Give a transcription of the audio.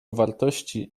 wartości